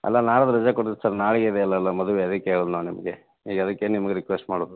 ಅಲ್ಲ ನಾಡಿದ್ ರಜಾ ಕೊಟ್ಟಿದ್ದು ಸರ್ ನಾಳೆಗೆ ಇದೆ ಅಲ್ಲಲ್ಲ ಮದುವೆ ಅದಕ್ಕೆ ಹೇಳದು ನಾ ನಿಮಗೆ ಈಗ ಅದಕ್ಕೆ ನಿಮ್ಗೆ ರಿಕ್ವೆಸ್ಟ್ ಮಾಡೋದು